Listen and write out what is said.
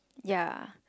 ya